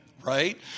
Right